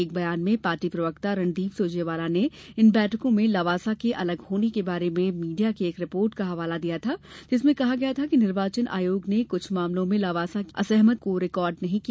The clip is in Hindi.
एक बयान में पार्टी प्रवक्ता रणदीप सुरजेवाला ने इन बैठकों से लबासा के अलग होने के बारे में मीडिया की एक रिर्पोट का हवाला दिया था जिसमें कहा गया है कि निर्वाचन आयोग ने कुछ मामलों में लबासा की असहमति को रिकार्ड नहीं किया